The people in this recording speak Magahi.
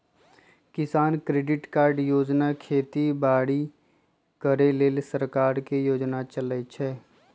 किसान क्रेडिट कार्ड योजना खेती बाड़ी करे लेल सरकार के योजना चलै छै